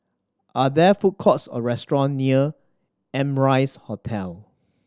are there food courts or restaurant near Amrise Hotel